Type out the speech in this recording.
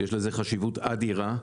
יש לזה חשיבות אדירה,